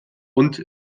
und